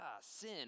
sin